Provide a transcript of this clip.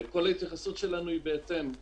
כל ההתייחסות שלנו היא בהתאם,